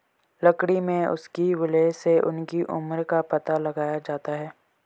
लकड़ी में उसकी वलय से उसकी उम्र का पता लगाया जाता है